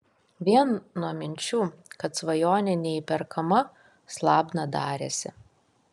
vien nuo minčių kad svajonė neįperkama slabna darėsi